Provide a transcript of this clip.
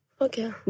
Okay